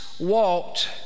Walked